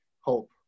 hope